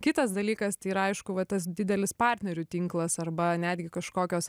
kitas dalykas tai yra aišku va tas didelis partnerių tinklas arba netgi kažkokios